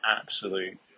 absolute